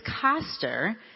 Coster